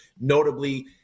notably